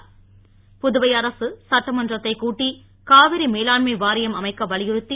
் புதுவை அரக சட்டமன்றத்தை கூட்டி காவிரி மேலாண்மை வாரியம் அமைக்க வலியுறுத்தி